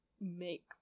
make